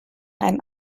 einem